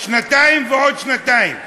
שנתיים ועוד שנתיים,